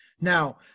Now